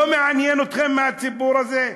לא מעניין אתכם מהציבור הזה?